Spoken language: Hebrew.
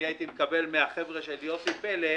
הייתי מקבל מן החבר'ה של יוסי פלד